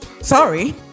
Sorry